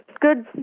good